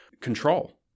control